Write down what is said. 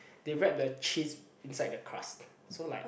they wrap the cheese inside the crust so like